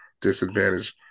disadvantage